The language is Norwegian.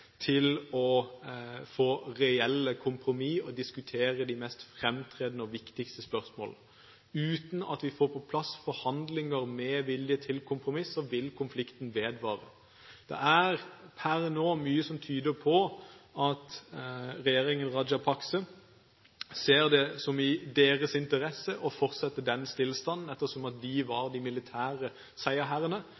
til å få reelle kompromiss og diskutere de mest framtredende og viktigste spørsmålene. Uten at vi får på plass forhandlinger med vilje til kompromiss, vil konflikten vedvare. Det er per nå mye som tyder på at regjeringen Rajapakse ser det som å være i deres interesse å fortsette denne stillstanden, ettersom de var